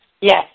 Yes